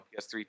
PS3